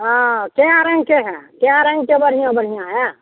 हँ कै रङ्गके है कै रङ्गके बढ़िआँ बढ़िआँ है